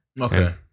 okay